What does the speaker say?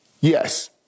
Yes